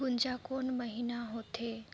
गुनजा कोन महीना होथे?